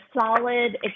solid